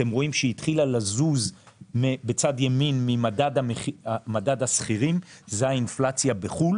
אתם רואים שהיא התחילה לזוז ממדד השכירים זו האינפלציה בחו"ל